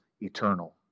eternal